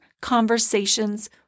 conversations